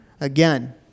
Again